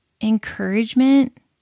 encouragement